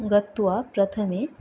गत्वा प्रथमे